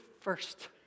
First